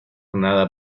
nada